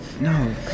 no